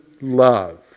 love